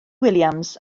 williams